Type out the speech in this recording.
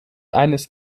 eines